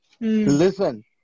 Listen